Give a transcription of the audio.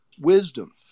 wisdom